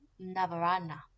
Navarana